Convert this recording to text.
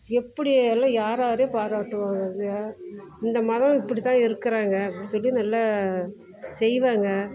எப்படியெல்லாம் யார் யாரையோ பாராட்டுவாங்க இந்த மதம் இப்படிதான் இருக்கிறாங்க அப்படின்னு சொல்லி நல்லா செய்வாங்க